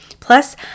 Plus